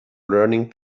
learning